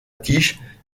tige